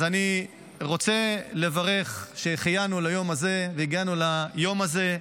אז אני רוצה לברך: שהחיינו והגיענו ליום הזה,